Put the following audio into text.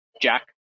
Jack